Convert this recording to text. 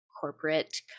corporate